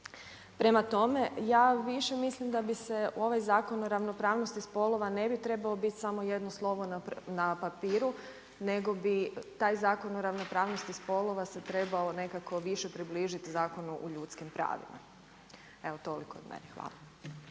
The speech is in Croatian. Prema tome, ja više mislim da bi se u ovaj Zakon o ravnopravnosti spolova ne bi trebao biti samo jedno slovo na papiru nego bi taj Zakon o ravnopravnosti spolova se trebao nekako više približiti Zakonu u ljudskim pravima. Evo toliko od mene. Hvala.